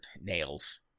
Nails